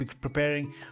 preparing